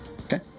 Okay